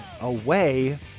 away